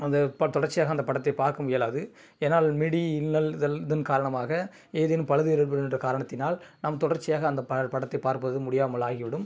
அந்த ப தொடர்ச்சியாக அந்த படத்தை பார்க்க இயலாது ஏன்னால் இடி மின்னல் இதல் இதன் காரணமாக ஏதேனும் பழுது ஏற்படுமென்ற காரணத்தினால் நாம் தொடர்ச்சியாக அந்த ப படத்தை பார்ப்பது முடியாமல் ஆகிவிடும்